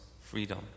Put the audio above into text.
freedom